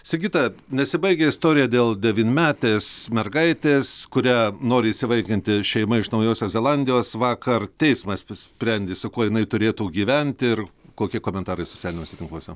sigita nesibaigia istorija dėl devynmetės mergaitės kurią nori įsivaikinti šeima iš naujosios zelandijos vakar teismas sprendė su kuo jinai turėtų gyventi ir kokie komentarai socialiniuose tinkluose